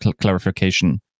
clarification